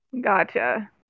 Gotcha